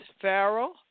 Farrell